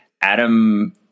Adam